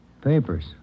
Papers